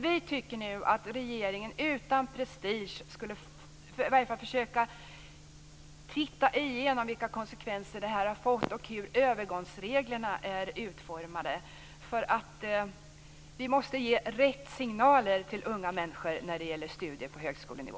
Vi tycker dock att regeringen nu utan prestige skulle försöka titta igenom vilka konsekvenser det här har fått och hur övergångsreglerna är utformade. Vi måste ge rätt signaler till unga människor när det gäller studier på högskolenivå.